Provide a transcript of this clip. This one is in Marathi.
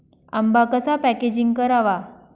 आंबा कसा पॅकेजिंग करावा?